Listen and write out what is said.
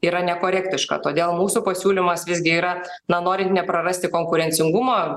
yra nekorektiška todėl mūsų pasiūlymas visgi yra na norint neprarasti konkurencingumo